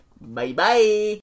Bye-bye